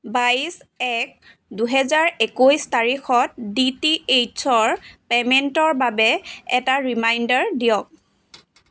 বাইছ এক দুহেজাৰ একৈছ তাৰিখত ডি টি এইচ ৰ পে'মেণ্টৰ বাবে এটা ৰিমাইণ্ডাৰ দিয়ক